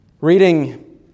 Reading